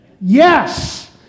Yes